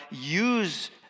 use